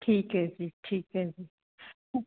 ਠੀਕ ਹੈ ਜੀ ਠੀਕ ਹੈ ਜੀ